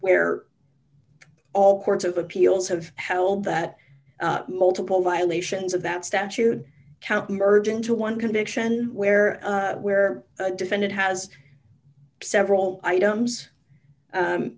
where all courts of appeals have held that multiple violations of that statute count merge into one conviction where where the defendant has several items